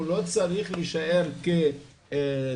הוא לא צריך להישאר ככותרת,